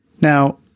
Now